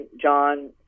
John